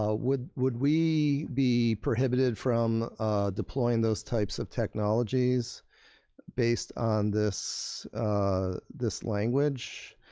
ah would would we be prohibited from deploying those types of technologies based on this this language?